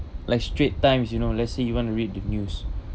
like strait times you know let's say you want to read the news